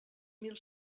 mil